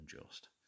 unjust